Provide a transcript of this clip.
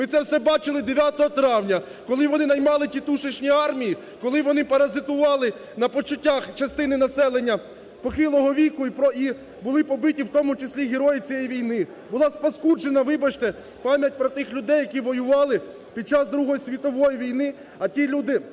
Ми це все бачили 9 травня, коли вони наймали "тітушечні армії", коли вони паразитували на почуттях частини населення похилого віку і були побиті, в тому числі герої цієї війни, була спаскуджена – вибачте! – пам'ять про тих людей, які воювали під час Другої світової війни, а ті люди,